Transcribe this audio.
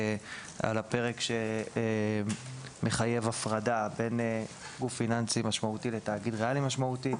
הפרק שמחייב הפרדה בין גוף פיננסי משמעותי לתאגיד ריאלי משמעותי.